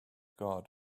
god